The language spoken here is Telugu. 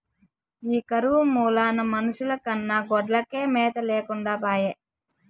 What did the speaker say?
ఈ కరువు మూలాన మనుషుల కన్నా గొడ్లకే మేత లేకుండా పాయె